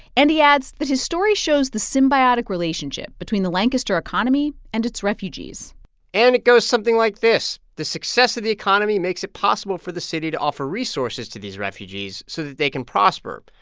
and he adds that his story shows the symbiotic relationship between the lancaster economy and its refugees and it goes something like this. the success of the economy makes it possible for the city to offer resources to these refugees so they can prosper,